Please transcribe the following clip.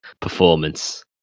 performance